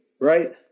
Right